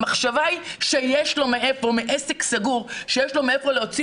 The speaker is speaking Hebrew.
המחשבה שיש לעסק סגור מאיפה להוציא